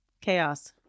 Chaos